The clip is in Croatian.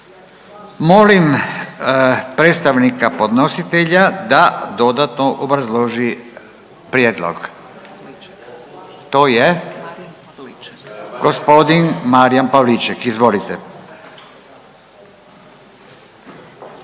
Molim predstavnika podnositelja da dodatno obrazloži prijedlog. To je gospodin Marijan Pavliček, izvolite.